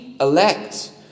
elect